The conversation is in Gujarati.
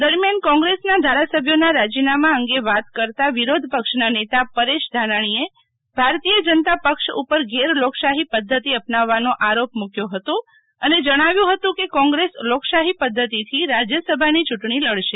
દરમિયાન કોંગ્રેસના ધારાસભ્યોના રાજીનામાં અંગે વાત કરતા વિરોધ પક્ષના નેતા પરેશ ધાનાણીએ ભારતીય જનતા પક્ષ ઉપર ગેર લોકશાહી પદ્ધતિ અપનાવવાનો આરોપ મૂક્યો હતો અને જણાવ્યું હતું કે કોંગ્રેસ લોકશાહી પદ્ધતિથી રાજ્યસભાની ચુંટણી લડશે